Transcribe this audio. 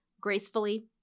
gracefully